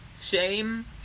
shame